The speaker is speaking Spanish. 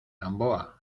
gamboa